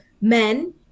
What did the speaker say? men